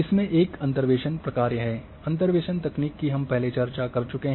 इसमें एक अंतर्वेसन प्रकार्य है अंतर्वेसन तकनीक की हम पहले ही चर्चा कर चुके हैं